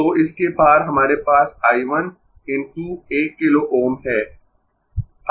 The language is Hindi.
तो इसके पार हमारे पास I 1 × 1 किलो Ω है